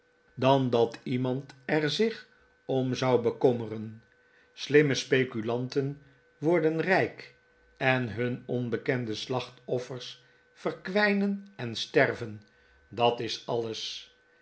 dan dat iemand er zich om zou bekommeren slimme speculanten worden rijk en hun onbekende slachtoffers verkwijnen en sterven dat is alles